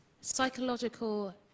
psychological